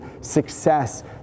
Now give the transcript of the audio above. success